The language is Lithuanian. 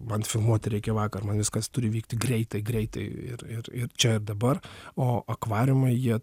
man filmuoti reikia vakar man viskas turi vykti greitai greitai ir ir ir čia dabar o akvariumai jie